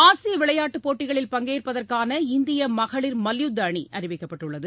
ஆசிய விளையாட்டுப் போட்டிகளில் பங்கேற்பதற்கான இந்திய மகளிர் மல்யுத்த அணி அறிவிக்கப்பட்டுள்ளது